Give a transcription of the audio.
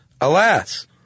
Alas